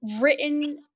written